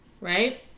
right